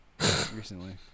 recently